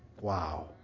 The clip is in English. Wow